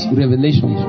revelation